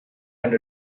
and